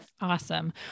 Awesome